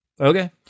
Okay